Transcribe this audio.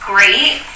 great